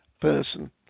person